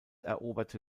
eroberte